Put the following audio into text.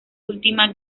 última